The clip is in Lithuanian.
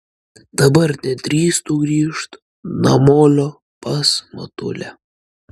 dabar nedrįstu grįžt namolio pas motulę